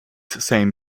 same